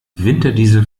winterdiesel